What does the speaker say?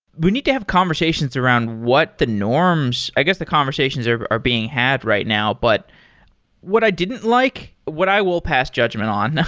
we need to have conversations around what the norms. i guess the conversations are are being had right now, but what i didn't like, what i will pass judgment on.